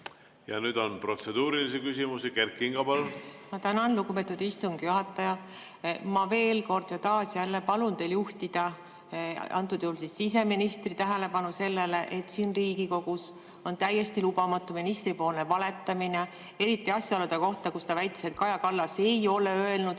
Ja nüüd on protseduurilisi küsimusi. Kert Kingo, palun! Ma tänan, lugupeetud istungi juhataja! Ma veel kord, taas, jälle palun teil juhtida antud juhul siseministri tähelepanu sellele, et siin Riigikogus on täiesti lubamatu ministri valetamine. Eriti asjaolude kohta, kui ta väitis, et Kaja Kallas ei ole öelnud,